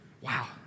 wow